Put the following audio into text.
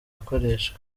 gukoreshwa